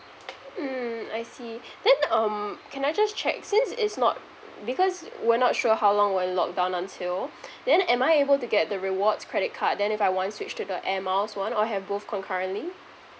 mm I see okay then um can I just check since it's not because we're not sure how long we're locked down until then am I able to get the rewards credit card then if I want switch to the air miles one or have both concurrently